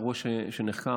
אירוע שנחקר.